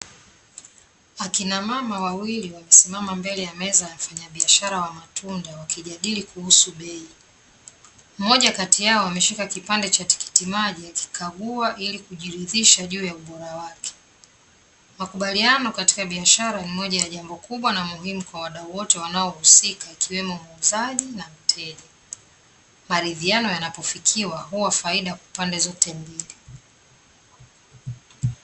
Akina mama wawili, wamesimama mbele ya meza ya mfanyabiashara wa matunda wakijadili kuhusu bei. Mmoja kati yao ameshika kipande cha tikiti maji akikagua ili kujiridhisha juu ya ubora wake. Makubaliano katika biashara ni moja ya jambo kubwa na muhimu kwa wadau wote wanaohusika, ikiwemo muuzaji na mteja. Maridhiano yanapofikiwa huwa faida kwa pande zote mbili.